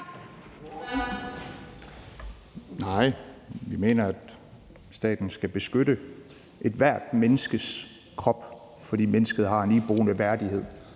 Nej, vi mener, at staten skal beskytte ethvert menneskes krop, fordi mennesket har en iboende værdighed,